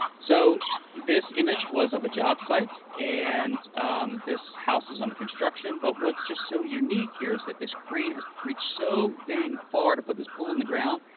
so this image was of a job site, and this house is under construction, but what's just so unique here is that this crane has to reach so dang far to put this pole in the ground,